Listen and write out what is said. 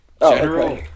General